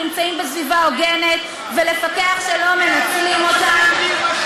נמצאים בסביבה הוגנת ולפקח שלא מנצלים אותם.